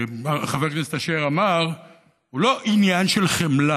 הוא לא עניין של חמלה.